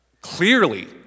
clearly